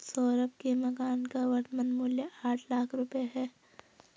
सौरभ के मकान का वर्तमान मूल्य आठ लाख रुपये है